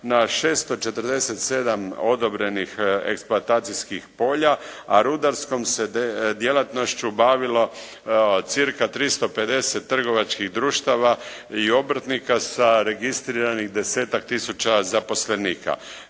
na 647 odobrenih eksploatacijskih polja a rudarskom se djelatnošću bavilo cirka 350 trgovačkih društava i obrtnika sa registriranih desetak tisuća zaposlenika.